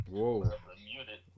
Whoa